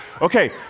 okay